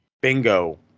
Bingo